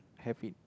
have it